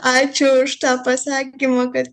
ačiū už tą pasakymą kad